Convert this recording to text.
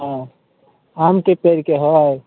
हँ आमके पेड़के हइ